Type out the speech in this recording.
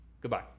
Goodbye